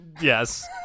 Yes